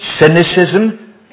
cynicism